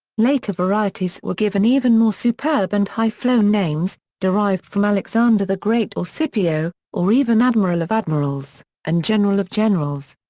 later varieties were given even more superb and high-flown names, derived from alexander the great or scipio, or even admiral of admirals and general of generals.